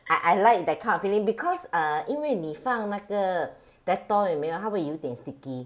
I I like that kind of feeling because uh 因为你放那个 Dettol 有没有他会有一点 sticky